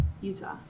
Utah